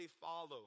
follow